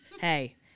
Hey